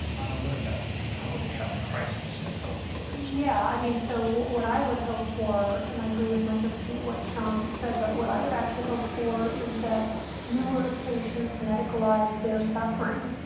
what about the public health crisis in opioids? yeah. i mean, so what what i would hope for and i agree with much of what what sean said. but what i would actually hope for is that fewer patients medicalize their suffering.